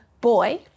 boy